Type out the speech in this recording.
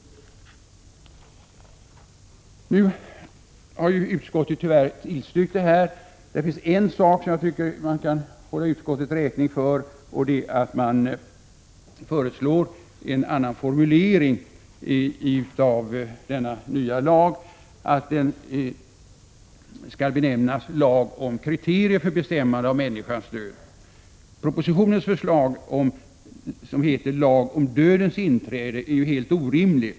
Nu har utskottet tyvärr tillstyrkt detta förslag. Men det finns en sak som jag tycker att man kan hålla utskottet räkning för, nämligen att det föreslår en annan benämning på den nya lagen efter påpekande av Gunnar Biörck. Den skall benämnas lag om kriterier för bestämmande av människans död. Propositionens förslag om, som det heter, lag om dödens inträde, är helt orimligt.